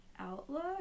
Outlook